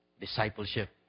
Discipleship